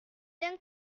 d’un